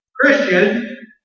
Christian